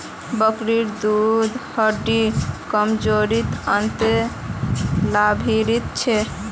बकरीर दूध हड्डिर कमजोरीत अत्यंत लाभकारी छेक